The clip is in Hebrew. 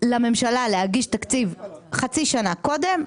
לממשלה להגיש תקציב חצי שנה קודם,